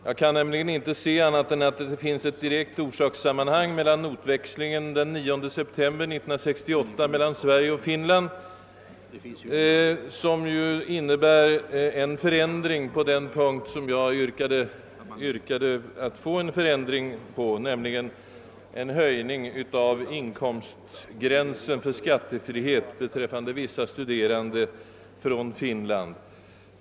Jag kan nämligen inte se annat än att det finns ett direkt orsakssammanhang mellan motionen och notväxlingen den 9 september 1968 mellan Sverige och Finland, genom vilken man just kom överens om den förändring som jag hade yrkat på, nämligen en höjning av inkomstgränsen för skattefrihet beträffande vissa studerande från Finland.